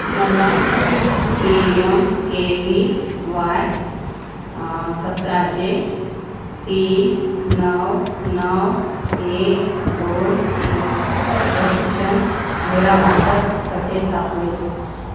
मला P M K V Y सतराचे तीन नऊ नऊ एक दोन एक प्रशिक्षण वेळापत्रक कसे सापडेल